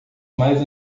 mais